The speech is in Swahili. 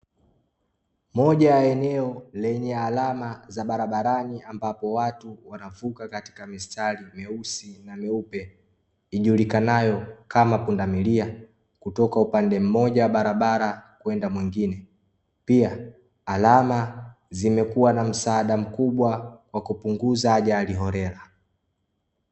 Moja la eneo lenye alama za barabarani ambapo watu wanavuka katika mistari meusi na meupe, ijulikanayo kama pundamilia, kutoka upande mmoja wa barabara kwenda mwingine. Pia alama zimekuwa na msaada mkubwa wa kupunguza ajari holela.